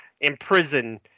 imprison